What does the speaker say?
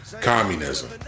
communism